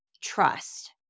trust